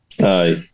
Aye